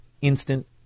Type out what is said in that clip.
Instant